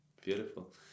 Beautiful